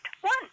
one